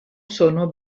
sono